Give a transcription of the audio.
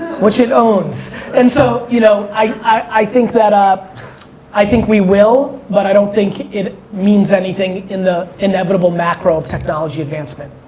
watching those. and so you know i think that, i think we will, but i don't think it means anything in the inevitable macro of technology advancement.